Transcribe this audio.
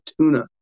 tuna